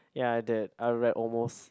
ya I did I read almost